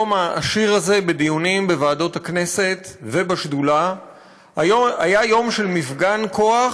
היום העשיר הזה בדיונים בוועדות הכנסת ובשדולה היה יום של מפגן כוח,